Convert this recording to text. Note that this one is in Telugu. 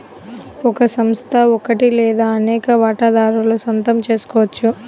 ఒక సంస్థ ఒకటి లేదా అనేక వాటాదారుల సొంతం చేసుకోవచ్చు